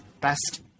best